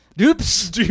Oops